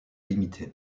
limité